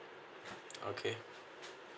okay